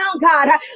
God